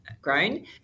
grown